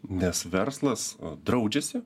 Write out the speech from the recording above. nes verslas draudžiasi